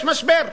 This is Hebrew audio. יש משבר.